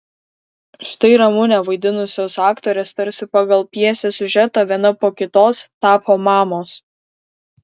štai ramunę vaidinusios aktorės tarsi pagal pjesės siužetą viena po kitos tapo mamos